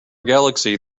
galaxy